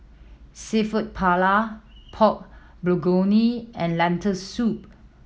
Seafood Paella Pork Bulgogi and Lentil Soup